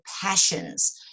passions